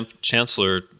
chancellor